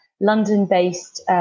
London-based